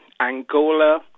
Angola